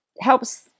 helps